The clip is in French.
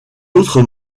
autres